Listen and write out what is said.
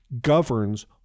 governs